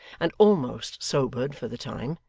and almost sobered for the time,